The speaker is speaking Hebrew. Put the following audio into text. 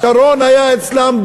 שרון היה אצלם,